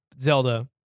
Zelda